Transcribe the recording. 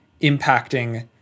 impacting